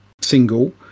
single